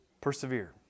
Persevere